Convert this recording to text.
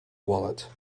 wallet